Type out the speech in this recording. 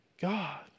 God